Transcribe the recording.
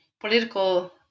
political